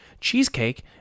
cheesecake